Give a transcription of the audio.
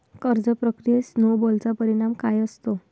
कर्ज प्रक्रियेत स्नो बॉलचा परिणाम काय असतो?